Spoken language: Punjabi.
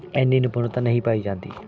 ਇੰਨੀ ਨਿਪੁੰਨਤਾਂ ਨਹੀਂ ਪਾਈ ਜਾਂਦੀ